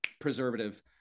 preservative